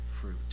fruit